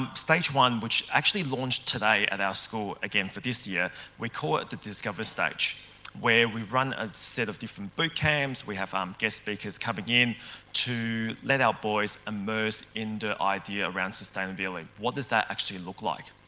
um stage one which actually launched today at our school again for this year we call it the discover stage where we run a set of different boot camps, we have um guest speakers coming in to let our boys immerse in the idea around sustainability. what does that actually look like?